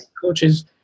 coaches